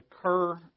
occur